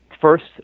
first